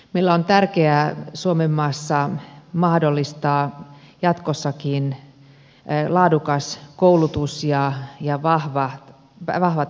meillä suomenmaassa on tärkeää mahdollistaa jatkossakin laadukas koulutus ja vahvat pätevyysvaatimukset